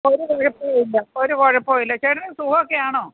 ഒരു കുഴപ്പവും ഇല്ല ഒരു കുഴപ്പവും ഇല്ല ചേട്ടന് സുഖമൊക്കെയാണോ